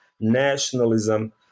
nationalism